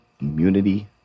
immunity